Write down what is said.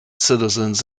citizens